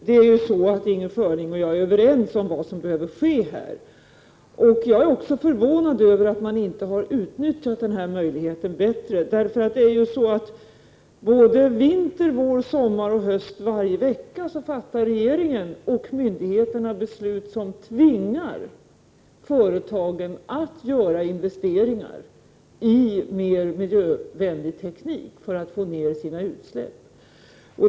Herr talman! Inger Schörling och jag är överens om vad som behöver ske 14 april 1989 här. Jag är också förvånad över att man inte har utnyttjat denna möjlighet bättre. Både vinter, vår, sommar och höst, varje vecka, fattar regeringen och myndigheterna beslut som tvingar företagen att göra investeringar i mer miljövänlig teknik för att få ner sina utsläpp.